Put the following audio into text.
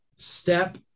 Step